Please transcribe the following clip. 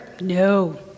no